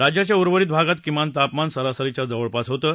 राज्याच्या उर्वरित भागात किमान तापमान सरासरीच्या जवळपास होतं